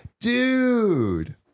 Dude